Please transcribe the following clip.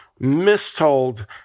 mistold